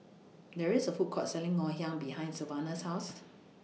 There IS A Food Court Selling Ngoh Hiang behind Sylvanus' housed